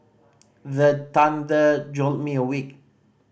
the thunder jolt me awake